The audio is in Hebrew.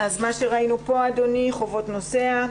ראינו כאן חובות נוסע.